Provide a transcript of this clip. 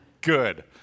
Good